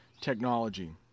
technology